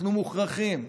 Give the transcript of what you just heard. אנחנו מוכרחים,